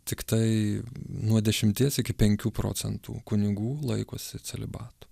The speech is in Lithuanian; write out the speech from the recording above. tiktai nuo dešimties iki penkių procentų kunigų laikosi celibato